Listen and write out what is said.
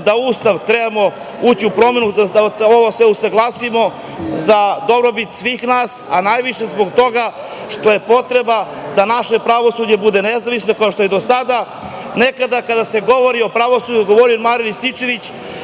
da Ustav treba ući u promenu, da ovo sve usaglasimo za dobrobit svih nas, a najviše zbog toga što je potreba da naše pravosuđe bude nezavisno, kao što je do sada. Nekada kada se govori o pravosuđu, govorio je Marijan Rističević,